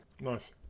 Nice